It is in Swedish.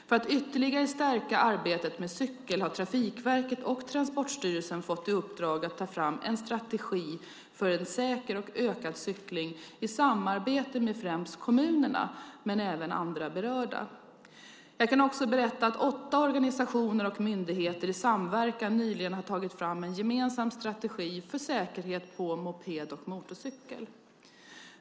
För att ytterligare stärka arbetet med cykel har Trafikverket och Transportstyrelsen fått i uppdrag att ta fram en strategi för säker och ökad cykling i samarbete med främst kommunerna men även andra berörda. Jag kan också berätta att åtta organisationer och myndigheter i samverkan nyligen har tagit fram en gemensam strategi för säkerhet på moped och motorcykel.